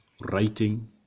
writing